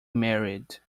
married